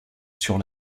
sur